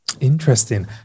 Interesting